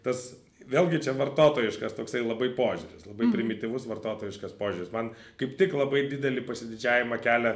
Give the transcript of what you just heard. tas vėlgi čia vartotojiškas toksai labai požiūris labai primityvus vartotojiškas požiūris man kaip tik labai didelį pasididžiavimą kelia